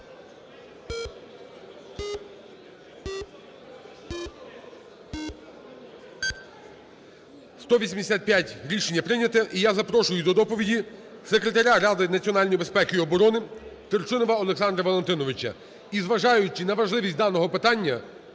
За-185 Рішення прийняте. І я запрошую до доповіді Секретаря Ради національної безпеки і оборони Турчинова Олександра Валентиновича. І, зважаючи на важливість даного питання,